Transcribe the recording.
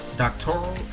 Doctoral